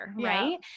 right